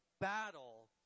battle